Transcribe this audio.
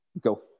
go